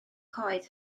coed